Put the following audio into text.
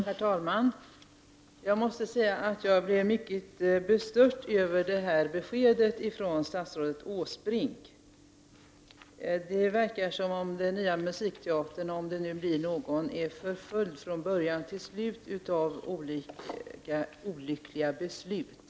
Herr talman! Jag måste säga att jag blev mycket bestört över det här beskedet från statsrådet Åsbrink. Det verkar som om den nya musikteatern, om det nu blir någon, från början till slut är förföljd av olyckliga beslut.